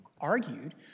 argued